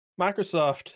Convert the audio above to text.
Microsoft